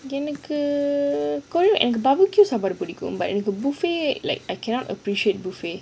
எனக்கு:enakku korean and barbecue சாப்பிட புடிக்கும்:saapida pudikkum buffet like I cannot appreciate buffet